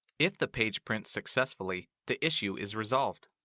if the page prints successfully, the issue is resolved.